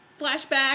Flashback